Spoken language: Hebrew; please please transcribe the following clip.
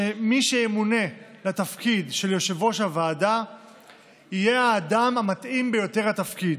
שמי שימונה לתפקיד של יושב-ראש הוועדה יהיה האדם המתאים ביותר לתפקיד,